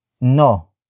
NO